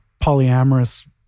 polyamorous